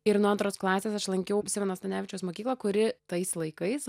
ir nuo antros klasės aš lankiau simono stanevičiaus mokyklą kuri tais laikais